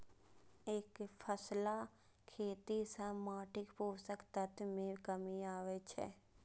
एकफसला खेती सं माटिक पोषक तत्व मे कमी आबै छै